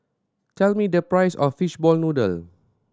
tell me the price of fishball noodle